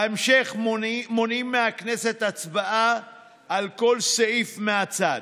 בהמשך מונעים מהכנסת הצבעה על כל סעיף מהצד.